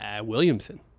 Williamson